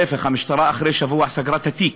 להפך, המשטרה אחרי שבוע סגרה את התיק.